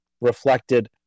reflected